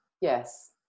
Yes